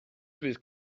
fydd